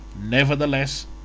Nevertheless